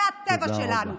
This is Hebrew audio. מהטבע שלנו,